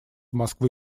москвы